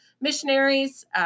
missionaries